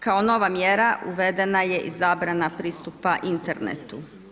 Kao nova mjera uvedena je i zabrana pristupa internetu.